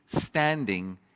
standing